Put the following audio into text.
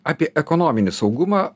apie ekonominį saugumą